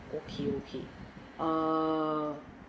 okay okay err